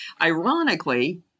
Ironically